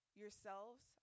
yourselves